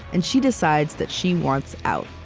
and she decides that she wants out.